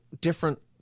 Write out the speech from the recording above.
different